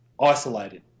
isolated